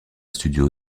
studio